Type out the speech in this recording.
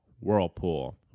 Whirlpool